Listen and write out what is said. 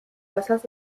wassers